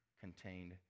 contained